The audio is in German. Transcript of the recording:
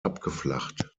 abgeflacht